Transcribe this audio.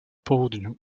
południu